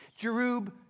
Jerub